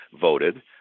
voted